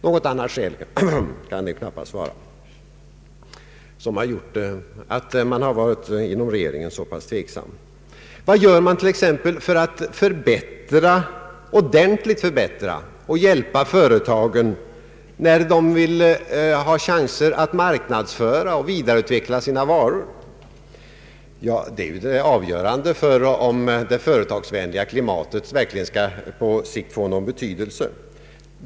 Något annat skäl kan knappast föreligga för att man inom regeringen varit så pass tveksam. Vad gör man t.ex. för att ordentligt förbättra och hjälpa företagen, när de vill ha chanser att marknadsföra och vidareutveckla sina varor? Detta är det avgörande för om det företagsvänliga klimatet verkligen skall få någon betydelse.